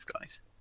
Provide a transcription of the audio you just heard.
guys